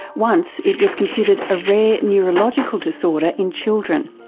once it was considered a rare neurological disorder in children.